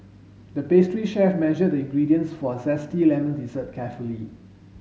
the pastry chef measured the ingredients for a zesty lemon dessert carefully